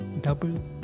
double